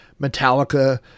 Metallica